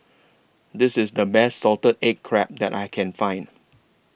This IS The Best Salted Egg Crab that I Can Find